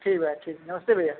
ठीक भाई ठीक नमस्ते भैया